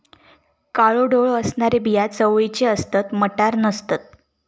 काळो डोळो असणारी बिया चवळीची असतत, मटार नसतत